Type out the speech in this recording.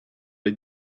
les